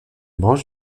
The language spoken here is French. branche